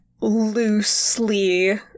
loosely